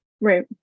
right